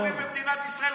אחד הטובים במדינת ישראל,